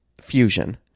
fusion